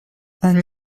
and